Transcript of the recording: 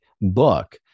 book